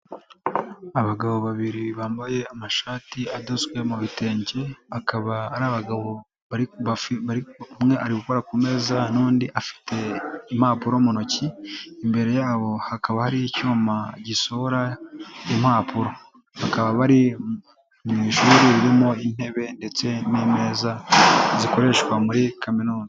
Abagabo babiri bambaye amashati adozwe mu bitenge, akaba ari abagabo, umwe ari gukora ku meza n'undi afite impapuro mu ntoki, imbere yabo hakaba hari icyuma gisohora impapuro, bakaba bari mu ishuri ririmo intebe ndetse n'imeza zikoreshwa muri Kaminuza.